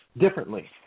Differently